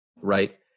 right